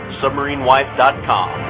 submarinewife.com